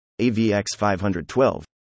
AVX512